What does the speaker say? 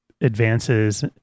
advances